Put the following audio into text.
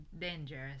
Dangerous